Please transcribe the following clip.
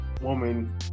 woman